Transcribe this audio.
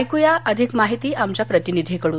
ऐक्या अधिक माहिती आमच्या प्रतिनिधीकडून